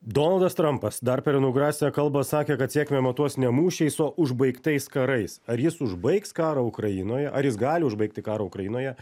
donaldas trampas dar per inauguracinę kalbą sakė kad sėkmė matuos ne mūšiais o užbaigtais karais ar jis užbaigs karą ukrainoje ar jis gali užbaigti karą ukrainoje